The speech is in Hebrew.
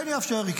--- שכן יאפשר.